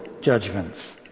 judgments